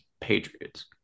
Patriots